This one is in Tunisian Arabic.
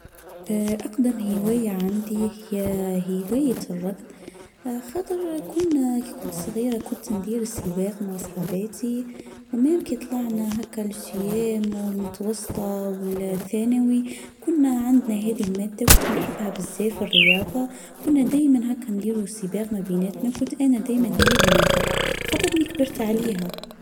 أقدم هوايه عندي هي: هوايه الركض. خاطر كنا كنت صغيره كنت ندير السباق مع صحاباتي ، وما يمكن طلعنا هكا لشيام ولمتوسطه ولثانوي. كنا عندنا هذي الماده وكنت نحبها بالزاف الرياظه ، كنا دائما هكا نديروا سباق ما بيناتنا ، وكنت انا دائما هي اللي نربح. خاطرني كبرت عليها.